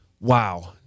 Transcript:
Wow